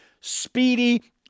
speedy